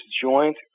joint